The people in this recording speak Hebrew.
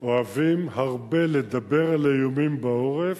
אוהבים הרבה לדבר על האיומים בעורף,